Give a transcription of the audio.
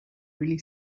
really